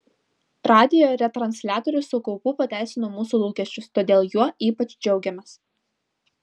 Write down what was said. radijo retransliatorius su kaupu pateisino mūsų lūkesčius todėl juo ypač džiaugiamės